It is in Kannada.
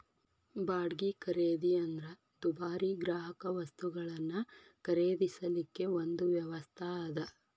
ಬಾಡ್ಗಿ ಖರೇದಿ ಅಂದ್ರ ದುಬಾರಿ ಗ್ರಾಹಕವಸ್ತುಗಳನ್ನ ಖರೇದಿಸಲಿಕ್ಕೆ ಒಂದು ವ್ಯವಸ್ಥಾ ಅದ